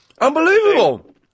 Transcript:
Unbelievable